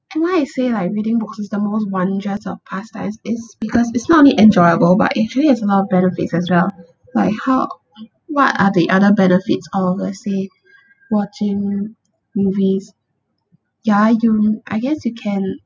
and why I say like reading books is the most wondrous of pastime is because it's not only enjoyable but actually has a lot of benefits as well like how're what are the other benefits all of us see watching movies ya you I guess you can